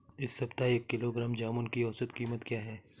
इस सप्ताह एक किलोग्राम जामुन की औसत कीमत क्या है?